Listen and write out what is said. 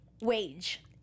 Wage